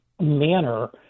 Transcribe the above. manner